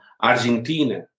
Argentina